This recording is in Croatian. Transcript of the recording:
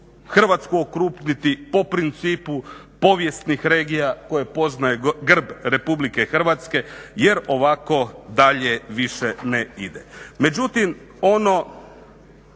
Hrvatsku okrupniti po principu povijesnih regija koje poznaje grb RH jer ovako dalje više ne ide. Međutim, čak